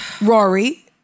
Rory